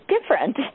different